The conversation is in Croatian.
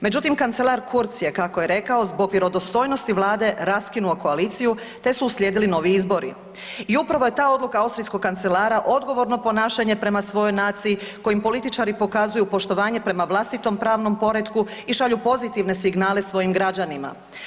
Međutim, kancelar Kurz je kako je rekao, zbog vjerodostojnosti vlade raskinuo koaliciju te su uslijedili novi izbori i upravo je ta odluka austrijskog kancelara odgovorno ponašanje prema svojoj naciji kojim političari pokazuju poštovanje prema vlastitom pravnom poretku i šalju pozitivne signale svojim građanima.